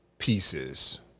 pieces